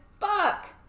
fuck